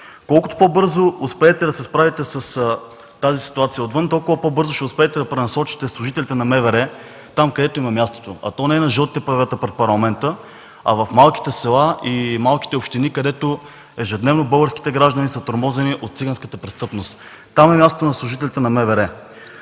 Колкото по-бързо успеете да се справите с тази ситуация отвън, толкова по-бързо ще успеете да пренасочите служителите на МВР там, където им е мястото, а то не е на жълтите павета пред Парламента, а в малките села и малките общини, където ежедневно българските граждани са тормозени от циганската престъпност. Там е мястото на служителите на МВР.